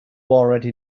already